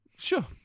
Sure